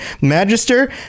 Magister